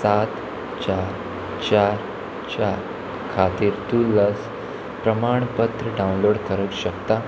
सात चार चार चार खातीर तूं लस प्रमाणपत्र डावनलोड करूंक शकता